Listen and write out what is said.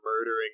murdering